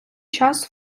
час